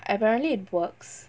apparently it works